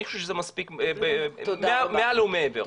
אני חושב שזה מספיק מעל ומעבר.